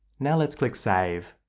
now let's click save.